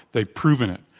they've proven it.